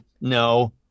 no